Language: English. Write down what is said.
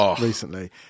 recently